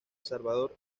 salvador